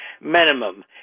Minimum